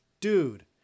dude